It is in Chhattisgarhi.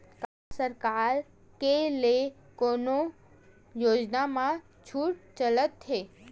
का सरकार के ले कोनो योजना म छुट चलत हे?